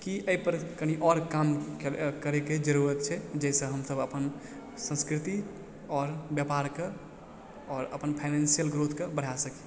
कि अइपर कनी आओर काम करयके जरूरत छै जैसँ हमसब अपन संस्कृति आओर व्यापारके आओर अपन फाइनेंसियल ग्रोथके बढ़ा सकी